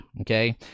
Okay